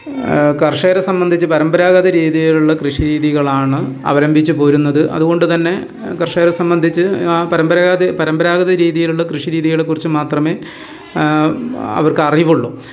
കർഷകരെ സംബന്ധിച്ച് പരമ്പരാഗത രീതിയിലുള്ള കൃഷി രീതികളാണ് അവലംഭിച്ചു പോരുന്നത് അതുകൊണ്ട് തന്നെ കർഷകരെ സംബന്ധിച്ച് ആ പരമ്പരാത പരമ്പരാഗത രീതിയിലുള്ള കൃഷി രീതികളെക്കുറിച്ച് മാത്രമേ അവർക്ക് അറിവുള്ളു